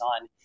on